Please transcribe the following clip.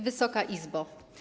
Wysoka Izbo!